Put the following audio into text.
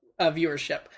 viewership